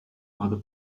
other